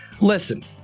listen